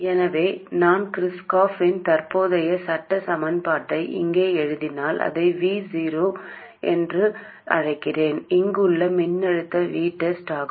எனவே நான் Kirchhoff இன் தற்போதைய சட்ட சமன்பாட்டை இங்கே எழுதினால் இதை Vo என்று அழைக்கிறேன் இங்குள்ள மின்னழுத்தம் VTEST ஆகும்